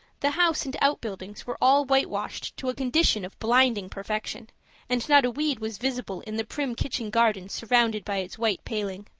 the house and out-buildings were all whitewashed to a condition of blinding perfection and not a weed was visible in the prim kitchen garden surrounded by its white paling.